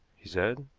he said.